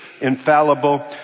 infallible